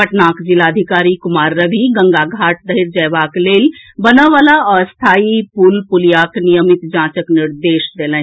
पटनाक जिलाधिकारी कुमार रवि गंगा घाट धरि जयबाक लेल बनएवला अस्थायी पुल पुलियाक नियमित जांचक निर्देश देलनि